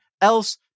else